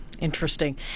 Interesting